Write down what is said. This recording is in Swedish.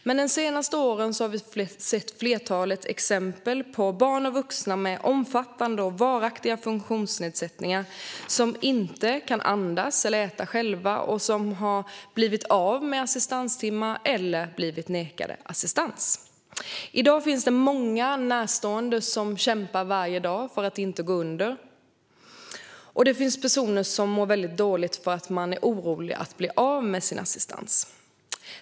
Men de senaste åren har vi sett ett flertal exempel på hur barn och vuxna med omfattande och varaktiga funktionsnedsättningar och som inte kan andas eller äta själva har blivit av med assistanstimmar eller blivit nekade assistans. I dag finns många närstående som kämpar varje dag för att inte gå under och personer som mår väldigt dåligt för att de är oroliga för att bli av med sin assistans.